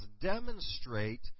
demonstrate